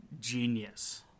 Genius